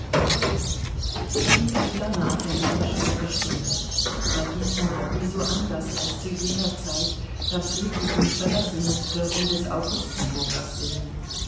und wieder nahte meine schwere stunde aber diesmal wie so anders als zu jener zeit da friedrich mich verlassen mußte um des augustenburgers willen